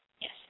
yes